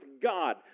God